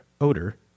odor